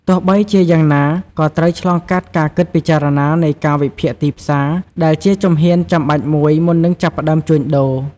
ទោះបីជាយ៉ាងណា ក៏ត្រូវឆ្លងកាត់ការគិតពិចារណានៃការវិភាគទីផ្សារ ដែលជាជំហានចាំបាច់មួយមុននឹងចាប់ផ្តើមជួញដូរ។